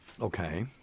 Okay